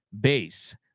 base